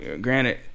granted